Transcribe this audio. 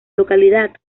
localidad